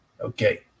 Okay